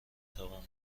توان